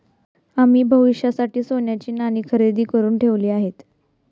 आम्ही भविष्यासाठी सोन्याची नाणी खरेदी करुन ठेवली आहेत